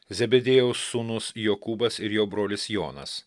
zebediejaus sūnus jokūbas ir jo brolis jonas